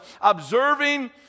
observing